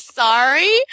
Sorry